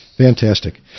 Fantastic